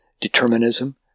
determinism